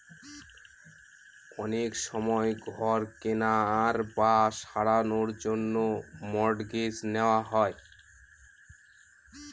অনেক সময় ঘর কেনার বা সারানোর জন্য মর্টগেজ নেওয়া হয়